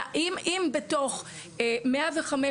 אם בתוך 105,